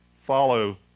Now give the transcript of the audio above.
follow